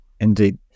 Indeed